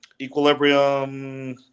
Equilibrium